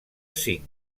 cinc